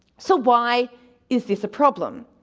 so why is this a problem?